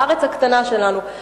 בארץ הקטנה שלנו,